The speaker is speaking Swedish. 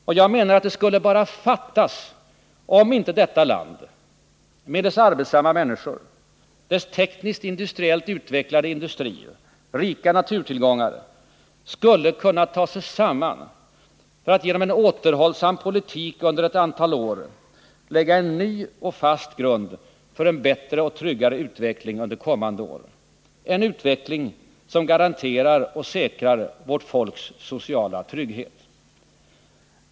Och det skulle bara fattas om inte detta land med dess arbetssamma människor, tekniskt-industriellt utvecklade industri och rika naturtillgångar skulle kunna ta sig samman för att genom en återhållsam politik under ett antal år lägga en ny och fast grund för en bättre och tryggare utveckling under kommande år, en utveckling som garanterar och säkrar vårt folks sociala trygghet.